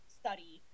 study